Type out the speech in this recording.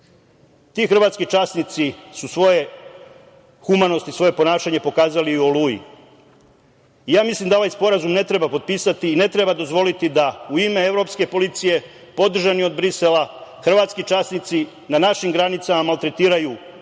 hrvatski časnici su svoje humanosti, svoje ponašanje pokazali i u Oluji. Mislim da ovaj sporazum ne treba potpisati i ne treba dozvoliti da u ime evropske policije, podržani od Brisela hrvatski časnici na našim granicama maltretiraju izbeglice